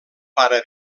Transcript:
pare